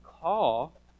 call